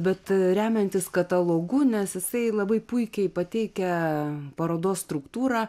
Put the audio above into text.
bet remiantis katalogu nes jisai labai puikiai pateikia parodos struktūrą